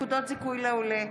(נקודות זיכוי לעולה),